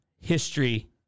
history